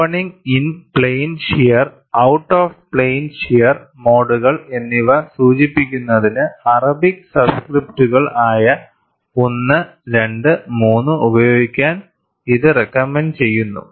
opening in plane shear out of plane shear മോഡുകൾ എന്നിവ സൂചിപ്പിക്കുന്നതിന് അറബിക്ക് സബ്സ്ക്രിപ്റ്റുകൾ ആയ 1 2 3 ഉപയോഗിക്കാൻ ഇത് റേക്കമെൻറ്റ് ചെയ്യുന്നു